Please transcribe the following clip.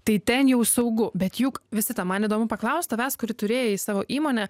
tai ten jau saugu bet juk visita man įdomu paklaust tavęs kuri turėjai savo įmonę